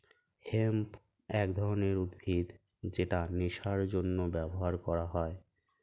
hemp এক ধরনের উদ্ভিদ যেটা নেশার জন্য ব্যবহার করা হয়